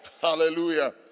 Hallelujah